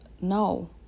No